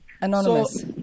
Anonymous